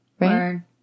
Right